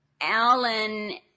Alan